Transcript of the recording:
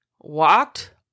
walked